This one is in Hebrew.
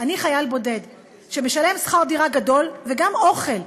אני חייל בודד שמשלם שכר דירה גדול וגם על אוכל,